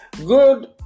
Good